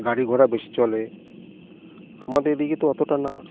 গাড়িঘোড়া বেশি চলে আমাদের এদিকে তো অতটা না